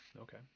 okay